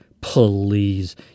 please